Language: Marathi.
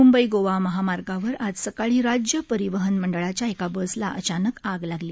मुंबई गोवा महामार्गावर आज सकाळी राज्य परिवहन मंडळाच्या एका बसला अचानक आग लागली